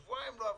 שבועיים לא עבדו.